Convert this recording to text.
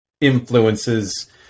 influences